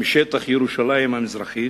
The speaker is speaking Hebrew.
משטח ירושלים המזרחית?